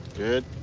good.